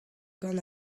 gant